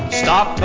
stop